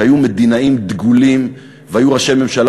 שהיו מדינאים דגולים והיו ראשי ממשלה